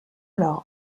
alors